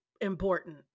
important